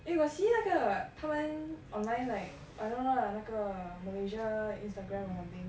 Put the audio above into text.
eh you got see 那个他们 online like I don't know lah 那个 malaysia Instagram or something